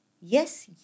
yes